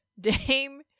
Dame